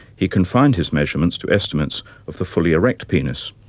he confined his measurements to estimates of the fully erect penis,